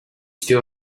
still